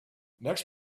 next